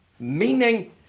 Meaning